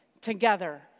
together